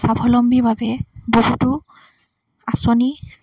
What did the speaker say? স্বাৱলম্বীভাৱে বহুতো আঁচনি